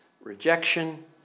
rejection